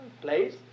place